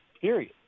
period